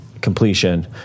completion